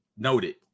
Noted